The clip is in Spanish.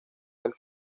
del